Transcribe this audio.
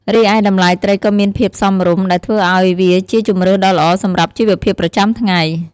រីឯតម្លៃត្រីក៏មានភាពសមរម្យ ដែលធ្វើឲ្យវាជាជម្រើសដ៏ល្អសម្រាប់ជីវភាពប្រចាំថ្ងៃ។